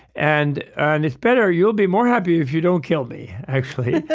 and and it's better. you'll be more happy if you don't kill me, actually.